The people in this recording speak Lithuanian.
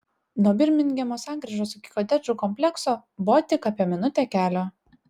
nuo birmingemo sankryžos iki kotedžų komplekso buvo tik apie minutę kelio